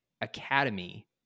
Academy